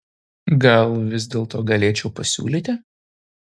gal vis dėlto galėčiau pasiūlyti